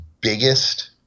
biggest